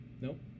Nope